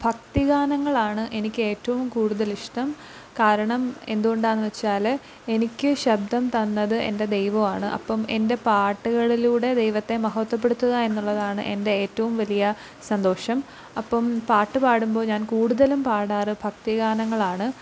ഭക്തിഗാനങ്ങളാണ് എനിക്കേറ്റവും കൂടുതലിഷ്ടം കാരണം എന്തുകൊണ്റ്റാണെന്നു വെച്ചാൽ എനിക്ക് ശബ്ദം തന്നത് എന്റെ ദൈവമാണ് അപ്പം എന്റെ പാട്ടുകളിലൂടെ ദൈവത്തെ മഹത്ത്വപ്പെടുത്തുകയെന്നുള്ളതാണ് എന്റെ ഏറ്റവും വലിയ സന്തോഷം അപ്പം പാട്ടുപാടുമ്പോൾ ഞാൻ കൂടുതലും പാടാറ് ഭക്തിഗാനങ്ങളാണ്